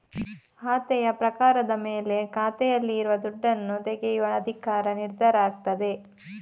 ಖಾತೆಯ ಪ್ರಕಾರದ ಮೇಲೆ ಖಾತೆಯಲ್ಲಿ ಇರುವ ದುಡ್ಡನ್ನ ತೆಗೆಯುವ ಅಧಿಕಾರ ನಿರ್ಧಾರ ಆಗ್ತದೆ